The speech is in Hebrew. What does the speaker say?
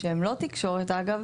שהם לא תקשורת אגב,